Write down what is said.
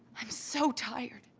i'm so tired.